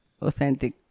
authentic